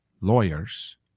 lawyers